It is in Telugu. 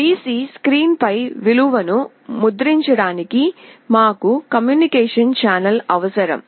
PC స్క్రీన్పై విలువను ముద్రించడానికి మాకు కమ్యూనికేషన్ ఛానెల్ అవసరం